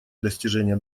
достижения